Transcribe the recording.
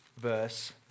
Verse